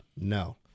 No